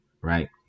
right